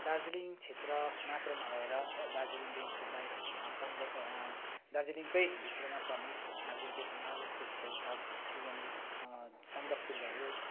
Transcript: दार्जिलिङ क्षेत्र मात्र नभएर दार्जिलिङ देखिको बाहिर सन्दक दार्जिलिङकै भित्रमा पर्ने जुन चाहिँ हिमालको छेउछाउ हुने सन्दकपुर भयो